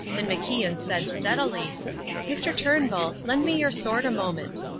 then macian said steadily mr. turnbull, lend me your sword a moment.